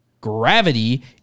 Gravity